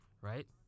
right